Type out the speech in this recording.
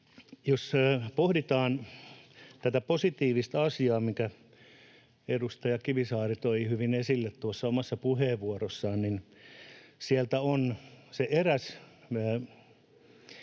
Jos pohditaan tätä positiivista asiaa, minkä edustaja Kivisaari toi hyvin esille tuossa omassa puheenvuorossaan, niin sieltä on se eräs